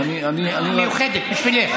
מיוחדת בשבילך.